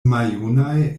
maljunaj